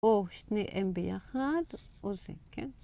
או שניהם ביחד, או זה, כן?